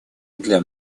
для